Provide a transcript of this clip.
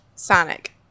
Sonic